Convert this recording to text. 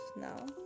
now